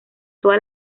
toda